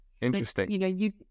interesting